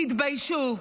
תתביישו.